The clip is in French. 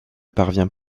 parvient